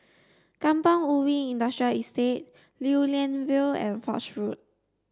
Kampong Ubi Industrial Estate Lew Lian Vale and Foch Road